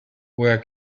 woher